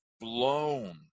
blown